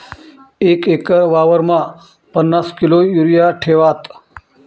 एक एकर वावरमा पन्नास किलो युरिया ठेवात